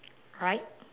right